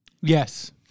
Yes